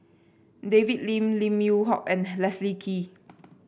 David Lim Lim Yew Hock and Leslie Kee